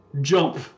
jump